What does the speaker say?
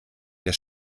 der